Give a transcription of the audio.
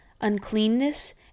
uncleanness